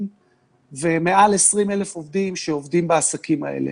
ומעל 20,000 עובדים שעובדים בעסקים האלה.